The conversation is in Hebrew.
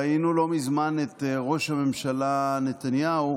ראינו לא מזמן את ראש הממשלה נתניהו